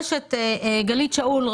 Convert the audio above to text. נמצאת ב-זום גלית שאול,